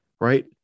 right